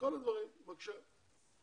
כל הדברים, בבקשה.